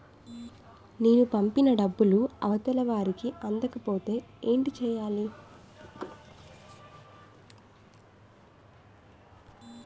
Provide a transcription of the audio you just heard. నేను పంపిన డబ్బులు అవతల వారికి అందకపోతే ఏంటి చెయ్యాలి?